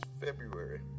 February